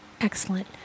excellent